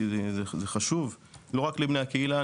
זה חשוב לא רק לבני הקהילה,